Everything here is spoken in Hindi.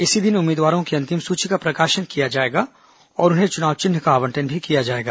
इसी दिन उम्मीदवारों की अंतिम सूची का प्रकाशन किया जाएगा और उन्हें चनाव चिन्ह का आवंटन किया जाएगा